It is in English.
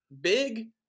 big